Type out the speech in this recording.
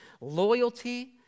loyalty